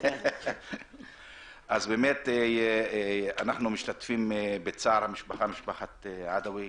אנחנו משתתפים בצער משפחת עדוי.